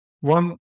one